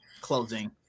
closing